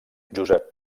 josep